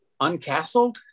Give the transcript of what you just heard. uncastled